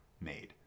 made